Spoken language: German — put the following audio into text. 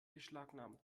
beschlagnahmt